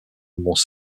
mons